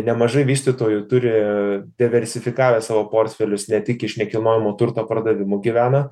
nemažai vystytojų turi diversifikavę savo portfelius ne tik iš nekilnojamo turto pardavimų gyvena